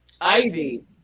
Ivy